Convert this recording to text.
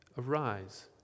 arise